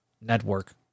Network